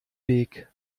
weg